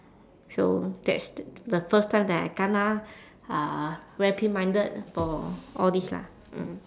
so that's the the first time that I kena uh reprimanded for all this lah mm